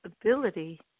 ability